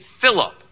Philip